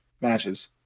matches